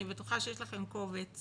אני בטוחה שיש לכם קובץ